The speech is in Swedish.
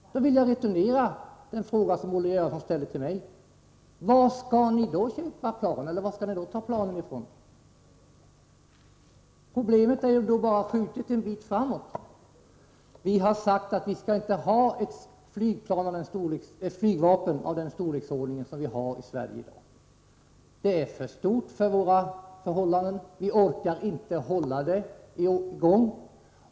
Jag vill returnera den fråga som Olle Göransson ställde till mig: Var skall ni då ta planen ifrån? Problemet har ju bara skjutits en bit framåt. Vi har sagt: Vi skall inte ha ett flygvapen av den storleksordning som vi har i Sverige i dag. Det är för stort för våra förhållanden. Vi orkar inte hålla det i gång.